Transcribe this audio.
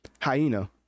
Hyena